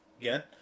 again